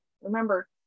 remember